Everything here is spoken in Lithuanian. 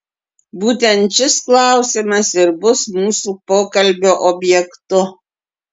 būtent šis klausimas ir bus mūsų pokalbio objektu